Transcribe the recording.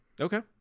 okay